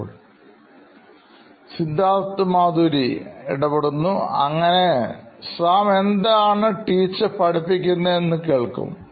Siddharth Maturi CEO Knoin Electronics അങ്ങനെ Sam എന്താണ് teacher പഠിപ്പിക്കുന്നത് എന്ന് കേൾക്കും